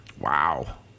Wow